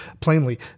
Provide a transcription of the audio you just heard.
plainly